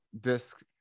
disc